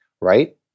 right